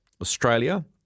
Australia